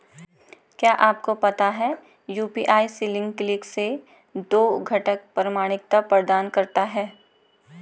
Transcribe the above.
क्या आपको पता है यू.पी.आई सिंगल क्लिक से दो घटक प्रमाणिकता प्रदान करता है?